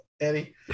Eddie